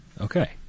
Okay